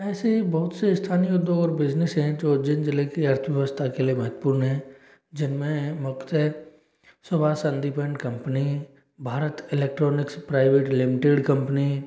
ऐसे बहुत से स्थानीय उद्योग और बिज़नेस हैं जो उज्जैन ज़िले के अर्थव्यवस्था के लिए महत्वपूर्ण हैं जिनमें मुख्यतः Shiva Sandhi band company Bharat electronics private limited company